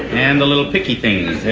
and the little picky things.